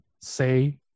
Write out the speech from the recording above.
say